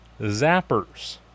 Zappers